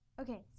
Okay